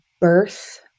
birth